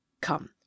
Come